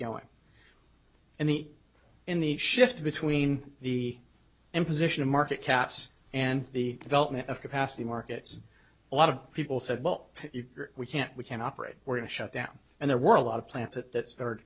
going and the in the shift between the imposition of market caps and the development of capacity markets a lot of people said well if we can't we can't operate we're going to shut down and there were a lot of plants at that